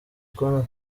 kubona